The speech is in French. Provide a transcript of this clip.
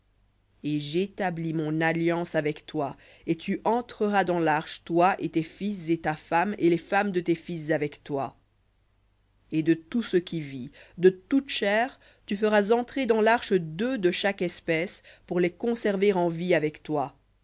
et j'établis mon alliance avec toi et tu entreras dans l'arche toi et tes fils et ta femme et les femmes de tes fils avec toi et de tout ce qui vit de toute chair tu feras entrer dans l'arche deux de chaque pour les conserver en vie avec toi